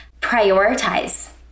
prioritize